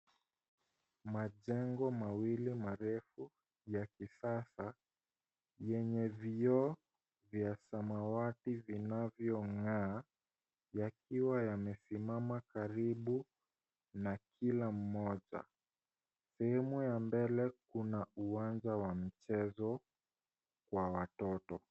Majengo mawili marefu ya kisasa yenye vioo vya samawati vinavyong'aa yakiwa yamesimama karibu na kila mmoja. Sehemu ya mbele kuna uwanja wa mchezo wa watoto.